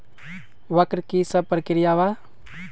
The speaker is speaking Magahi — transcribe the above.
वक्र कि शव प्रकिया वा?